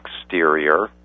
exterior